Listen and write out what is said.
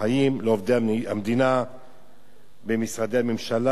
ידע וכלים בנושא צער בעלי-חיים לעובדי המדינה במשרדי הממשלה,